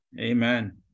Amen